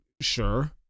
sure